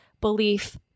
belief